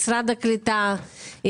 משרד הקליטה,